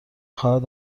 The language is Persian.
خواهد